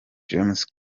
james